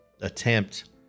attempt